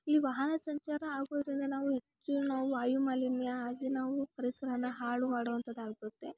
ಇಲ್ಲಿ ವಾಹನ ಸಂಚಾರ ಆಗೋದ್ರಿಂದ ನಾವು ಹೆಚ್ಚು ನಾವು ವಾಯುಮಾಲಿನ್ಯ ಅದನ್ನು ನಾವು ಪರಿಸರನ ಹಾಳು ಮಾಡುವಂಥಾದಾಗುತ್ತೆ